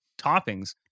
toppings